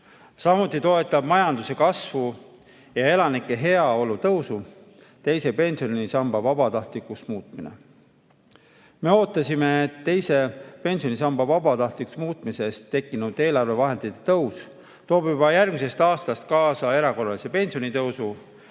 Samuti toetab majanduse kasvu ja elanike heaolu tõusu teise pensionisamba vabatahtlikuks muutmine. Me ootasime, et teise pensionisamba vabatahtlikuks muutmisest tekkinud eelarvevahendite kasv toob juba järgmisest aastast kaasa erakorralise pensionitõusu